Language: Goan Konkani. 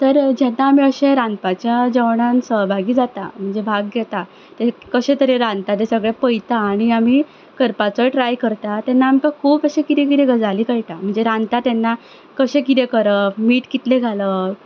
तर जेन्ना आमी अशें रांदपाच्या जेवणांत सहभागी जाता म्हणजे भाग घेता तें कशें तरेन रांदता तें सगळें पळयता आनी आमी करपाचोय ट्राय करता तेन्ना आमकां खूब अशें कितें कितें गजाली कळटा म्हणजे रांदता तेन्ना कशें कितें करप मीठ कितलें घालप